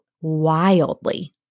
wildly